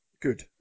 Good